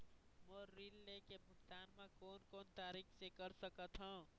मोर ऋण के भुगतान म कोन कोन तरीका से कर सकत हव?